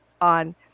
on